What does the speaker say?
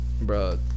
bro